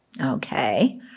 okay